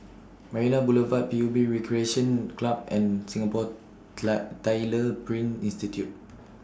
Marina Boulevard P U B Recreation Club and Singapore Tyler Print Institute